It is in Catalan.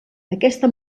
aquesta